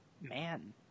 man